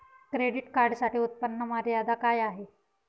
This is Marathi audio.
क्रेडिट कार्डसाठी उत्त्पन्न मर्यादा काय आहे?